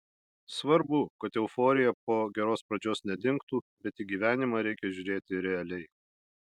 svarbu kad euforija po geros pradžios nedingtų bet į gyvenimą reikia žiūrėti realiai